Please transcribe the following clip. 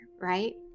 right